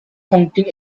honking